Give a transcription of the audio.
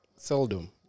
Seldom